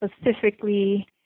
specifically